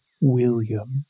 William